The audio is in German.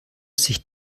sich